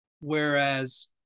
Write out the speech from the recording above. Whereas